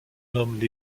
nomment